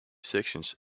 sections